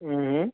હં હં